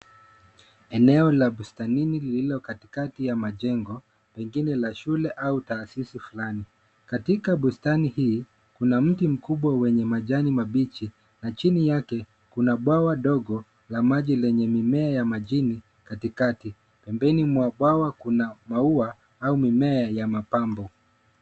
Eneo la bustanini lilo katikati ya majengo pengine la shule au taasisi fulani. Katika bustani hii, kuna mti mkubwa wenye majani mabichi na chini yake kuna bwawa dogo la maji lenye mimea majini katikati. Pembeni mwa bwawa kuna maua au mimea ya mapambo.